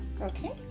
Okay